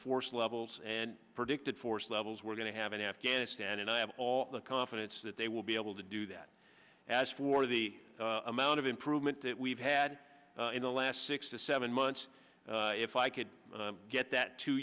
force levels and predicted force levels we're going to have in afghanistan and i have all the confidence that they will be able to do that as for the amount of improvement that we've had in the last six to seven months if i could get that to